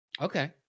Okay